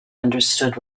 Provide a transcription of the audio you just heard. understood